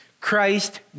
Christ